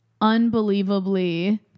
unbelievably